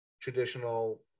traditional